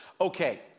okay